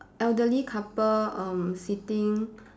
elderly couple um sitting